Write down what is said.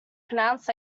pronounced